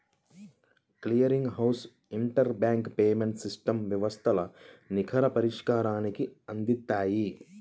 clearing house interbank payments system వ్యవస్థలు నికర పరిష్కారాన్ని అందిత్తాయి